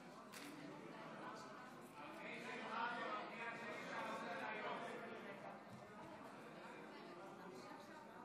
(עילות חיפוש בלא צו בית משפט) (הוראת שעה),